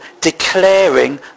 declaring